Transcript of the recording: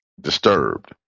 Disturbed